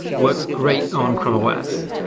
works great on chrome ah os.